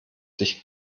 dicht